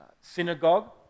synagogue